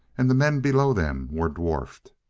and the men below them were dwarfed.